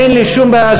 אין לי שום בעיה,